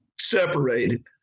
separated